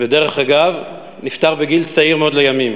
ודרך אגב, נפטר בגיל צעיר מאוד לימים